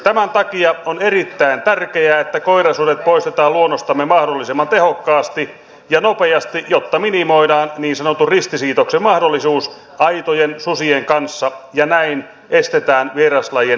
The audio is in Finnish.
tämän takia on erittäin tärkeää että koirasudet poistetaan luonnostamme mahdollisimman tehokkaasti ja nopeasti jotta minimoidaan niin sanotun ristisiitoksen mahdollisuus aitojen susien kanssa ja näin estetään vieraslajien leviäminen